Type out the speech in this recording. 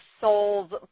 soul's